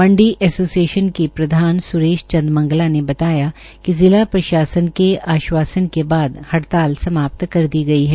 मंडी association के प्रधान सुरेन्द्र मंगला ने बताया कि जिला प्रशासन के आश्वासन के बाद हड़ताल समाप्त कर दी गई है